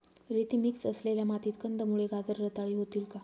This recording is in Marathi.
रेती मिक्स असलेल्या मातीत कंदमुळे, गाजर रताळी होतील का?